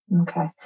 Okay